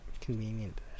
convenient